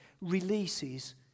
releases